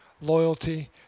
loyalty